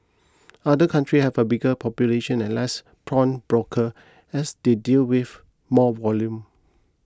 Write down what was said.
other country have a bigger population and less pawnbroker as they deal with more volume